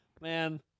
Man